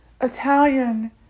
Italian